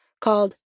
called